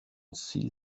see